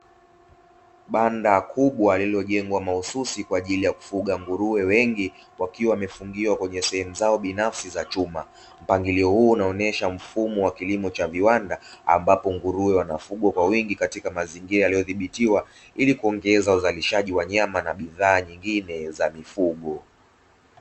Banda kubwa lililojengwa mahususi kwa ajili ya kufuga nguruwe wengi wakiwa wamefungiwa kwenye sehemu zao binafsi za chuma, mpangilio huu unaonyesha mfumo wa kilimo cha viwanda ambapo nguruwe wanafugwa kwa wingi katika mazingira yaliyodhibitiwa ili kuongeza uzalishaji wa nyama na bidhaa nyingine za mifugo.